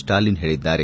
ಸ್ಟಾಲಿನ್ ಹೇಳಿದ್ದಾರೆ